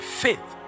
faith